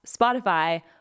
Spotify